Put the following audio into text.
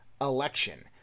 election